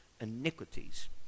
iniquities